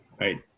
right